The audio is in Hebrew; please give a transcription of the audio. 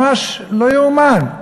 ממש לא ייאמן.